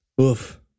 Oof